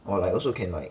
or like also can lah